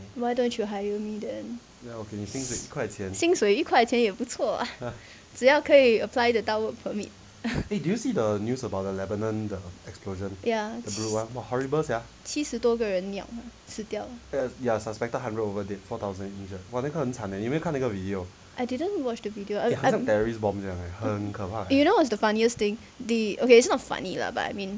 why don't you hire me then 薪水一块钱也不错只要可以 apply 得到 work permit ya 七七十多个人 niao 死掉 I didn't watch the video I I you know what is the funniest thing the okay it's not funny lah but I mean